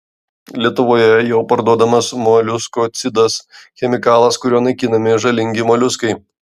lietuvoje jau parduodamas moliuskocidas chemikalas kuriuo naikinami žalingi moliuskai